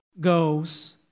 goes